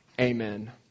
Amen